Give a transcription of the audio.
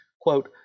Quote